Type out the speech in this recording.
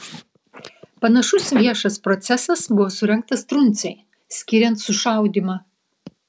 panašus viešas procesas buvo surengtas truncei skiriant sušaudymą